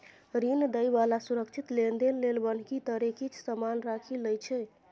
ऋण दइ बला सुरक्षित लेनदेन लेल बन्हकी तरे किछ समान राखि लइ छै